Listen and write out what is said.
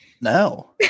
No